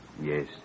Yes